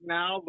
now